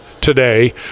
today